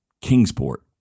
Kingsport